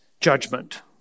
judgment